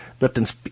Lipton's